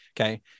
Okay